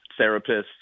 therapists